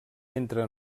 entre